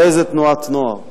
לאיזה תנועת נוער.